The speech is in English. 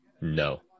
no